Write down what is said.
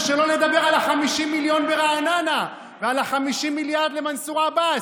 ושלא לדבר על ה-50 מיליון ברעננה ועל ה-50 מיליארד למנסור עבאס.